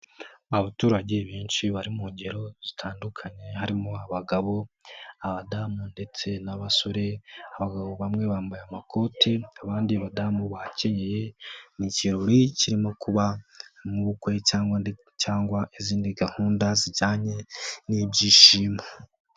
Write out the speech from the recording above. Abaturage benshi bari mu ngero zitandukanye, harimo abagabo, abadamu ndetse n'abasore, abagabo bamwe bambaye amakoti, abandi badamu bakenyeye, ni ikirori kirimo kuba nk'ubukwe cyangwa izindi gahunda zijyanye n'ibyishimo.